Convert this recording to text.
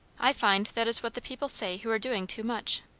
i find that is what the people say who are doing too much.